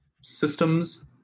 systems